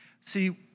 See